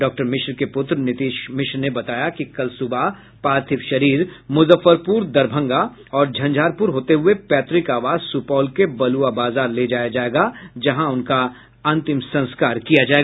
doctor Mishra के पुत्र नीतीश मिश्र ने बताया कि कल सुबह पार्थिव शरीर मुजफ्फरपुर दरभंगा और झंझारपुर होते हुए पैतृक आवास सुपौल के बलुआ बाजार ले जाया जायेगा जहां उनका अंतिम संस्कार किया जायेगा